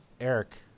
Eric